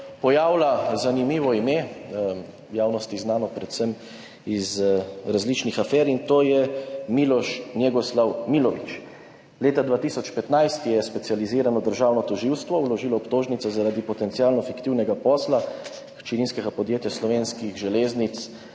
pojavlja zanimivo ime, javnosti znano predvsem iz različnih afer, in to je Miloš Njegoslav Milović. Leta 2015 je Specializirano državno tožilstvo vložilo obtožnice zaradi potencialno fiktivnega posla hčerinskega podjetja Slovenskih železnic